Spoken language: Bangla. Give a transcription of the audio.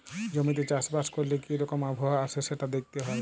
জমিতে চাষ বাস ক্যরলে কি রকম আবহাওয়া আসে সেটা দ্যাখতে হ্যয়